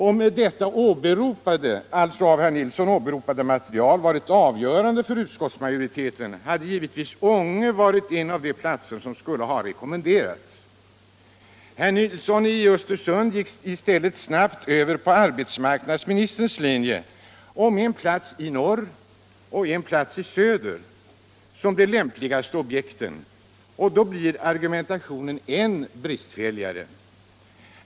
Om detta av herr Nilsson åberopade material varit avgörande för utskottsmajoriteten, hade givetvis Ånge varit en av de platser som skulle ha rekommenderats. Herr Nilsson i Östersund gick i stället snabbt över på arbetsmarknadsministerns linje om en plats i norr och en plats söderut som de lämpligaste argumenten, och då blir argumentationen än bristfälligare.